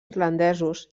irlandesos